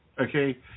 okay